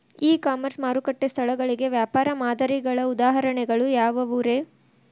E commerce ಮಾರುಕಟ್ಟೆ ಸ್ಥಳಗಳಿಗೆ ವ್ಯಾಪಾರ ಮಾದರಿಗಳ ಉದಾಹರಣೆಗಳು ಯಾವವುರೇ?